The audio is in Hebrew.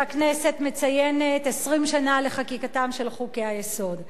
שהכנסת מציינת 20 שנה לחקיקתם של חוקי-היסוד.